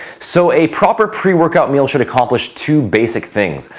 so, a proper pre-workout meal should accomplish two basic things.